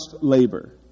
labor